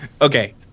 Okay